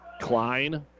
Klein